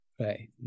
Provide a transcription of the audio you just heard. Right